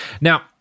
Now